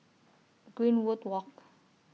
Greenwood Walk